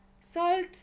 salt